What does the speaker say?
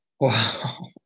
Wow